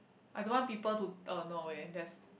I don't want people to a no way there's